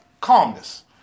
calmness